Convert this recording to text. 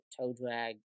toe-drag